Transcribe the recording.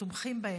ותומכים בהם,